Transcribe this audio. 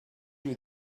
you